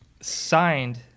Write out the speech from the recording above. Signed